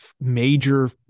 major